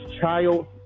child